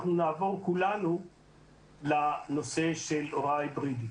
נעבור כולנו לנושא של הוראה היברידית.